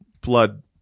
blood